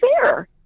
fair